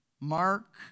Mark